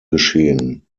geschehen